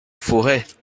forêt